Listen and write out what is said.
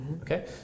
Okay